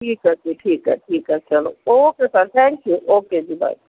ਠੀਕ ਹੈ ਜੀ ਠੀਕ ਹੈ ਠੀਕ ਹੈ ਚਲੋ okay sir thank you okay ਜੀ ਬਾਏ